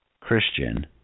Christian